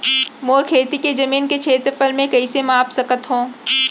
मोर खेती के जमीन के क्षेत्रफल मैं कइसे माप सकत हो?